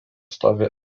stovi